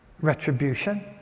retribution